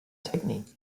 technique